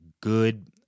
good